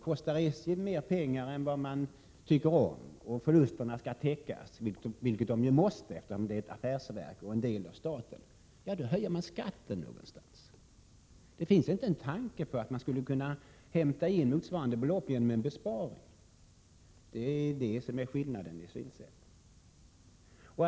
Kostar SJ mer pengar än man tycker om och förlusterna skall täckas, vilket de måste göra eftersom SJ är ett affärsverk och en del av staten, då höjer man skatten någonstans. Man har alltså inte en tanke på att få igen motsvarande belopp genom besparingar. Det är skillnaden i våra synsätt.